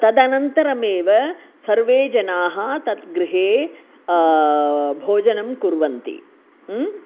तदनन्तरमेव सर्वे जनाः तत् गृहे भोजनं कुर्वन्ति ह्म्